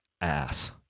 ass